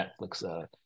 netflix